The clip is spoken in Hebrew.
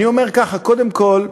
אני אומר ככה: קודם כול,